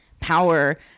power